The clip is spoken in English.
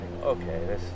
okay